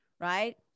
right